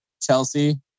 Chelsea